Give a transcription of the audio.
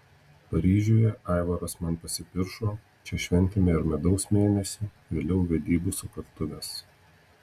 paryžiuje aivaras man pasipiršo čia šventėme ir medaus mėnesį vėliau vedybų sukaktuves